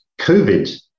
COVID